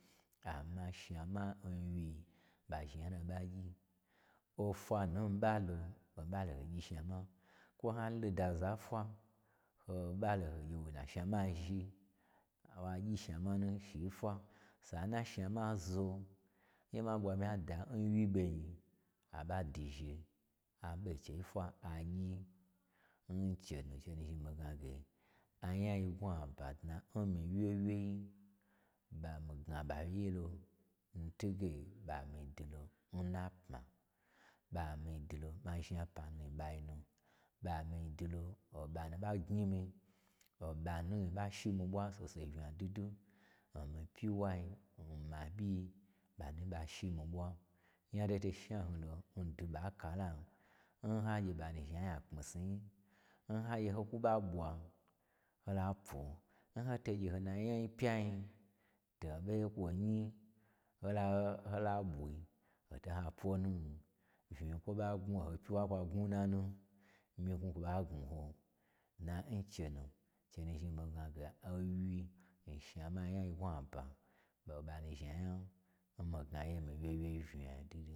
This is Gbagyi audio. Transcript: Amma shnama mwyii ɓa zhni anya nun naɓa gyi. Ofwa nu nmii ɓalo haɓa lo ho gyi shnama, kwo ha lo daza nfwa, ho ɓa lo ho gye wonna shnamai zhi, n agyi shnama nushin fwa. Sa n nashnama zo, che ma ɓwa mii nyada n wyi ɓo nyi, aɓa dwuzhe a ɓe n chei n fwa agyi, n che nu, che nuzhni mii gnage, anyayi agnwu aba dna n mii wyewyei, ɓa nu mii gna ɓaye lo ntwuge ɓan mii dwulo n napma. Ɓa n mii dwu lo, mazhna pmani n ɓainu, ɓan mii dwulo ɓanu ɓa gnyi mii, oɓa nu ɓashi mii ɓwa saho saho yi unya dwudwu o mii pyiwayi, nma ɓyi-i, ɓanu n ɓa shi mii ɓwa, nyadwo to shnan lo ndwu ɓa n kalan, n ha gye ɓanu zhni anya a kpmisniyi, n ha gye ho kwu ɓa ɓwa, ho lapwo, n to gye ho la nyai pyai to ɓoi n kwonu hola-hola ɓwi hota pwonu, unyinkwo ɓa gnu ho pyi wa n kwa gawu na nu, myi knwu kwo ɓagnwuho, dna nchenu, chenu zhni mii gnage owyi-i nshnamai anyayi mii gnayen mii wye wyei unya gwudwudwu fe wuyi.